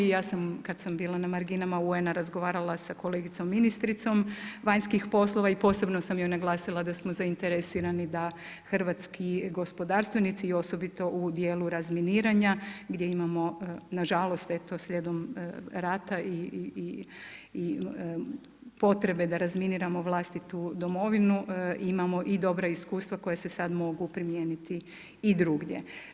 Ja sam kad sam bila na marginama UN-a razgovarala sa kolegicom ministricom vanjskih poslova i posebno sam joj naglasila da smo zainteresirani da hrvatski gospodarstvenici osobito u dijelu razminiranja gdje imamo na žalost eto slijedom rata i potrebe da razminiramo vlastitu Domovinu imamo i dobra iskustva koja se sad mogu primijeniti i drugdje.